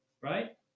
right